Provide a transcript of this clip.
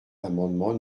l’amendement